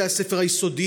בתי הספר היסודיים,